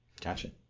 Gotcha